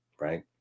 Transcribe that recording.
Right